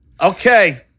Okay